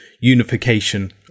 unification